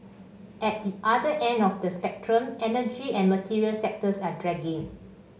at the other end of the spectrum energy and material sectors are dragging